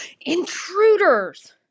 Intruders